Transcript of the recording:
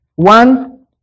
One